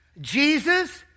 Jesus